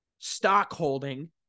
stockholding